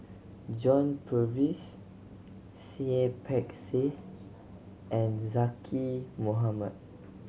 John Purvis Seah Peck Seah and Zaqy Mohamad